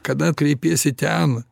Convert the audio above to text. kada kreipiesi ten